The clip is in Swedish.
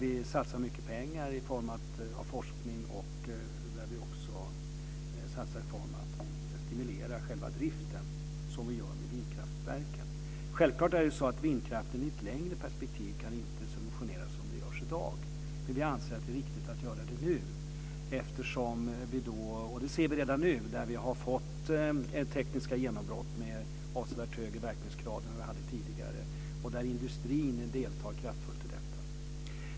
Vi satsar mycket pengar på forskning och stimulerar själva driften av vindkraftverken. Självklart kan inte vindkraften i ett längre perspektiv subventioneras som den görs i dag. Men vi anser att det är viktigt att göra det nu, och vi ser redan nu tekniska genombrott med avsevärt högre verkningsgrad än tidigare och ett kraftfullt deltagande i detta från industrin.